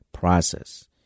Process